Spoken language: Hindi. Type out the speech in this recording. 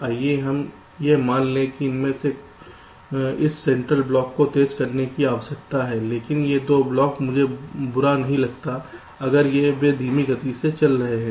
आइए हम यह मान लें कि मुझे इस सेंट्रल ब्लॉक को तेज करने की आवश्यकता है लेकिन ये दो ब्लॉक मुझे बुरा नहीं लगता अगर वे धीमी गति से चल रहे हैं